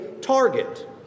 target